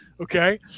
Okay